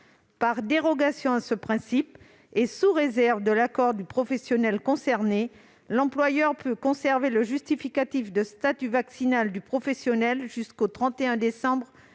Par dérogation à ce principe, et sous réserve de l'accord du professionnel concerné, l'employeur peut conserver le justificatif de statut vaccinal du professionnel jusqu'au 31 décembre 2021.